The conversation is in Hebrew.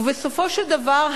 ובסופו של דבר,